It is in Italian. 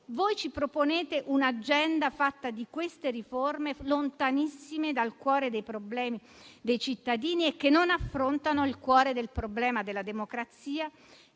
Voi ci proponete un'agenda fatta di queste riforme, lontanissime dal cuore dei problemi dei cittadini e che non affrontano il cuore del problema della democrazia,